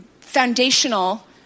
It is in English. foundational